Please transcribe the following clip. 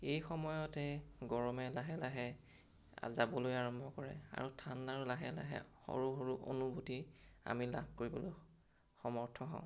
এই সময়তে গৰমে লাহে লাহে যাবলৈ আৰম্ভ কৰে আৰু ঠাণ্ডাৰো লাহে লাহে সৰু সৰু অনুভূতি আমি লাভ কৰিবলৈ সমৰ্থ হওঁ